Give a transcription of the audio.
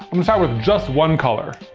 i'ma start with just one color.